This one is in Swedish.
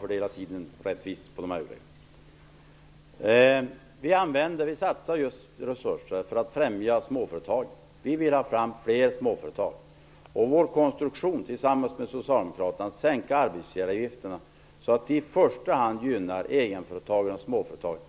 Fru talman! Vi satsar just resurser för att främja småföretagandet. Vi vill ha fram fler småföretag. Vår konstruktion tillsammans med socialdemokraterna att sänka arbetsgivaravgifterna så att i första hand småföretagen gynnas